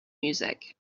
music